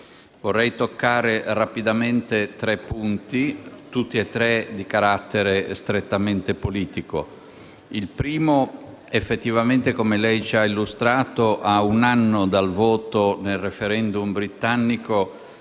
Vorrei toccare rapidamente tre punti, tutti di carattere strettamente politico. Quanto al primo, effettivamente, come lei ci ha illustrato, a un anno dal voto nel *referendum* britannico